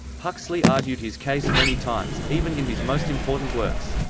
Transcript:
huxley argued his case many times, even in his most important works.